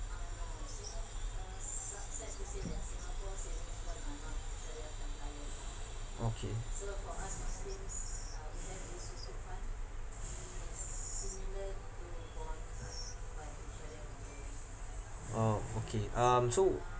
okay orh okay um so